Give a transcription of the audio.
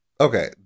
Okay